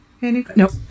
Nope